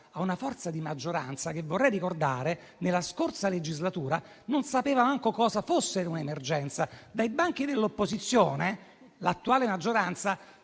a una forza di maggioranza che - vorrei ricordarlo - nella scorsa legislatura non sapeva neanche cosa fosse un'emergenza. Dai banchi dell'opposizione l'attuale maggioranza